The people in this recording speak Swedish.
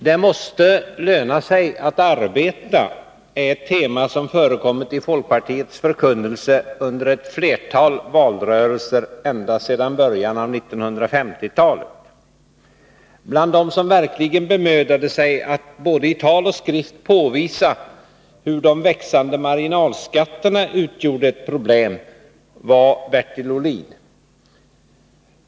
Det måste löna sig att arbeta, är ett tema som förekommit i folkpartiets förkunnelse under ett flertal valrörelser ända sedan början av 1950-talet. Bland dem som verkligen bemödade sig att både i tal och i skrift påvisa hur de växande marginalskatterna utgjorde ett problem var Bertil Ohlin.